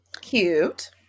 Cute